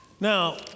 Now